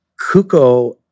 Kuko